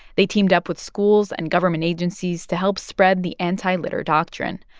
they teamed up with schools and government agencies to help spread the anti-litter doctrine.